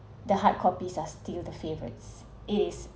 the hardcopies are still the favourites is